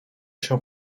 się